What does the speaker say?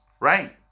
Right